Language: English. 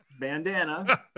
Bandana